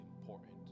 important